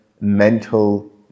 mental